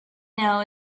know